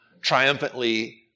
triumphantly